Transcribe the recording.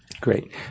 Great